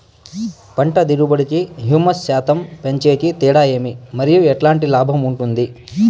పంట దిగుబడి కి, హ్యూమస్ శాతం పెంచేకి తేడా ఏమి? మరియు ఎట్లాంటి లాభం ఉంటుంది?